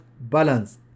balance